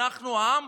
אנחנו העם,